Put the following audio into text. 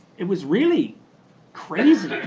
it was really crazy.